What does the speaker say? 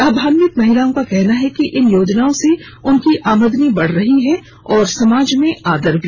लाभान्वित महिलाओं का कहना है कि इन योजनाओं से उनकी आमदनी बढ़ रही है और समाज में आदर भी